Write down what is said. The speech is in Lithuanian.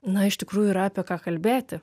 na iš tikrųjų yra apie ką kalbėti